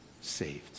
saved